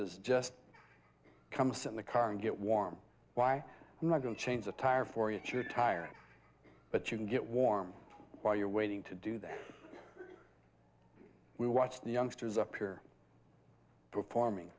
is just comes in the car and get warm why not going to change a tire for you to retire but you can get warm while you're waiting to do that we watch the youngsters up here performing